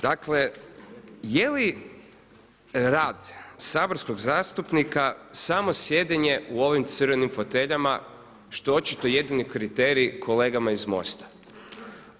Dakle, je li rad saborskog zastupnika samo sjedenje u ovim crvenim foteljama što je očito jedini kriterij kolegama iz MOST-a.